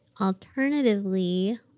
Alternatively